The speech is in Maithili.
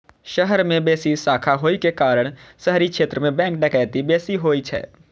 शहर मे बेसी शाखा होइ के कारण शहरी क्षेत्र मे बैंक डकैती बेसी होइ छै